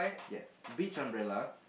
yes beach umbrella